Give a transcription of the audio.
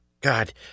God